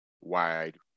wide